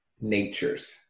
natures